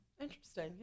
interesting